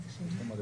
החיסון.